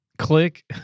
Click